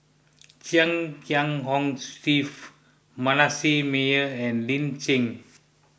Chia Kiah Hong Steve Manasseh Meyer and Lin Chen